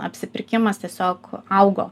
apsipirkimas tiesiog augo